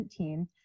2017